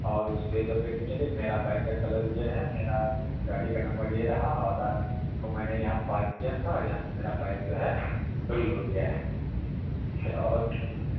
और उसपे जो अप्लीकेसन लिखे मेरा बाइक का कलर ये है मेरा गाड़ी का नंबर ये रहा और रात को मैंने यहाँ पार्क किया था और यहाँ से मेरा बाइक जो है चोरी हो गया है इसे और